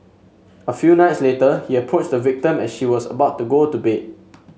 a few nights later he approached the victim as she was about to go to bed